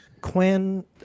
Quinn